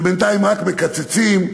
שבינתיים רק מקצצים אצלם.